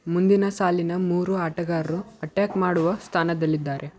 ಮುಂದಿನ ಸಾಲಿನ ಮೂರೂ ಆಟಗಾರರು ಅಟ್ಯಾಕ್ ಮಾಡುವ ಸ್ಥಾನದಲ್ಲಿದ್ದಾರೆ